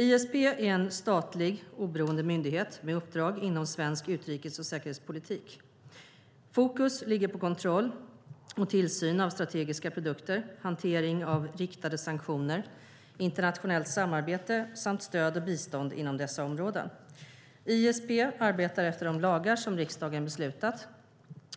ISP är en statlig, oberoende myndighet med uppdrag inom svensk utrikes och säkerhetspolitik. Fokus ligger på kontroll och tillsyn av strategiska produkter, hantering av riktade sanktioner och internationellt samarbete, samt stöd och bistånd inom dessa områden. ISP arbetar efter de lagar som riksdagen beslutat,